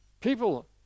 people